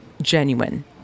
genuine